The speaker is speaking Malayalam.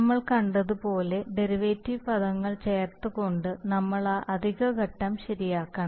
നമ്മൾ കണ്ടതുപോലെ ഡെറിവേറ്റീവ് പദങ്ങൾ ചേർത്തുകൊണ്ട് നമ്മൾ ആ അധിക ഘട്ടം ശരിയാക്കണം